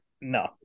No